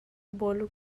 bawlung